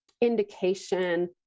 indication